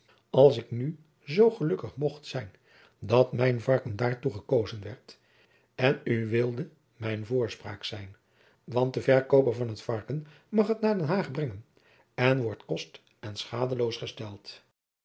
als ik nu zoo gelukkig mocht zijn dat mijn verken daôrtoe ekozen werd en oe wolde mijn voorspraôk zijn want de verkooper van het verken mag het naôr den haôg brengen en wordt kost en